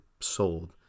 sold